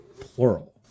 plural